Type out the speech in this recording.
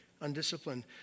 undisciplined